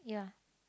yeah